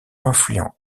influent